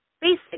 basic